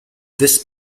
this